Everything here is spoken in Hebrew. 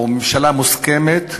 או ממשלה מוסכמת,